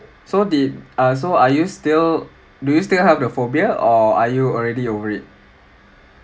so did ah are you still do you still have the phobia or are you already over it